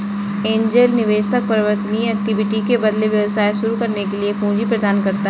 angel निवेशक परिवर्तनीय equity के बदले व्यवसाय शुरू करने के लिए पूंजी प्रदान करता है